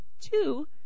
Two